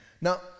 Now